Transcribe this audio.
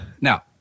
Now